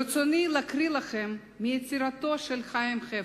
ברצוני להקריא לכם מיצירתו של חיים חפר,